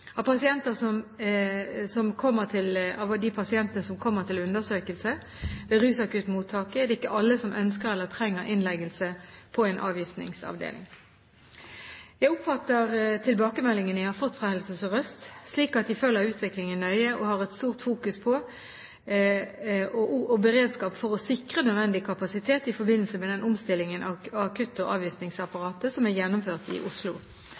Av de pasientene som kommer til undersøkelse ved rusakuttmottaket, er det ikke alle som ønsker eller trenger innleggelse på en avgiftningsavdeling. Jeg oppfatter tilbakemeldingene jeg har fått fra Helse Sør-Øst slik at de følger utviklingen nøye og har et stort fokus på og beredskap for å sikre nødvendig kapasitet i forbindelse med den omstillingen av akutt- og avgiftningsapparatet som er gjennomført i Oslo.